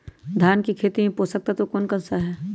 धान की खेती में पोषक तत्व कौन कौन सा है?